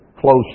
close